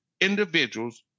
individuals